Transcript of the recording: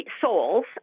souls